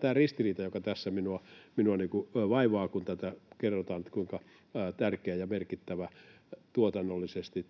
tämä ristiriita, joka tässä minua vaivaa, kun kerrotaan, kuinka tärkeä ja merkittävä tuotannollisesti